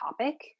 topic